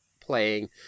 playing